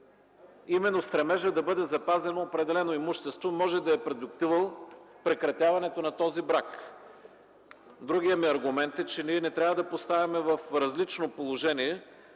именно стремежът да бъде запазено определено имущество, може да е продиктувал прекратяването на този брак. Другият ми аргумент е, че ние не трябва да поставяме в различно положение